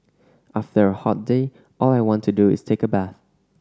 after a hot day all I want to do is take a bath